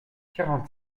quarante